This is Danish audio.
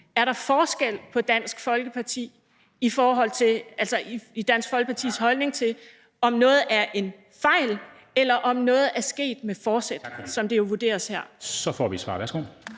der er forskel på Dansk Folkepartis holdning til, om noget er en fejl, eller om noget er sket med forsæt, som det jo vurderes her. Kl.